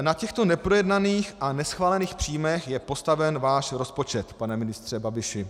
Na těchto neprojednaných a neschválených příjmech je postaven váš rozpočet, pane ministře Babiši.